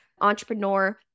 entrepreneur